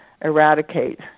eradicate